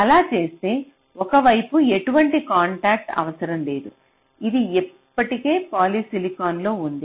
అలా చేస్తే ఒక వైపు ఎటువంటి కాంటాక్ట్ అవసరం లేదు ఇది ఇప్పటికే పాలిసిలికాన్లో ఉంది